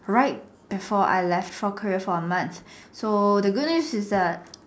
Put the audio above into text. right before I left for Korea for a month so the good news is that